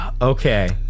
Okay